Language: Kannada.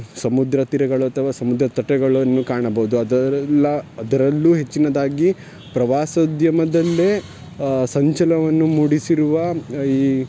ಸಮುದ್ರ ತೀರಗಳು ಅಥವಾ ಸಮುದ್ರ ತಟಗಳನ್ನು ಕಾಣಬಹ್ದು ಅದರಲ್ಲೂ ಅದರಲ್ಲೂ ಹೆಚ್ಚಿನದಾಗಿ ಪ್ರವಾಸೋದ್ಯಮದಲ್ಲೇ ಸಂಚಲವನ್ನು ಮೂಡಿಸಿರುವ ಈ